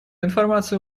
информацию